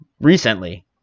recently